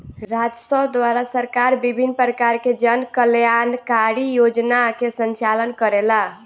राजस्व द्वारा सरकार विभिन्न परकार के जन कल्याणकारी योजना के संचालन करेला